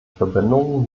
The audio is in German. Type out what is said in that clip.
verbindungen